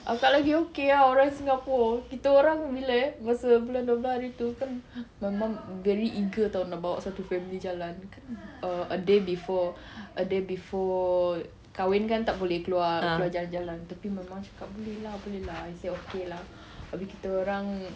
kakak lagi okay lah orang singapore kita orang bila eh masa bulan dua belas hari tu kan memang very eager [tau] nak bawa satu family jalan kan a day before a day before kahwin kan tak boleh keluar jalan-jalan tapi mama cakap boleh lah boleh lah I said okay lah habis kita orang